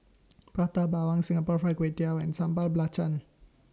Prata Bawang Singapore Fried Kway Tiao and Sambal Belacan